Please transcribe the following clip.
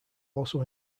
also